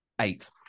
Eight